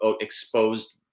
exposed